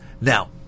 Now